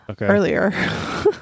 earlier